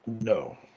No